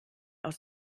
aus